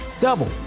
double